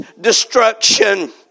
Destruction